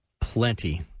plenty